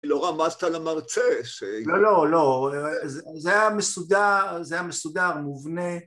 לא רמזת על המרצה. לא לא, זה היה מסודר מובנה